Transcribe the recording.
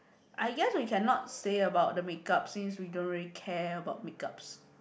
I guess we cannot say about the make up since we don't really care about make ups